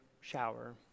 shower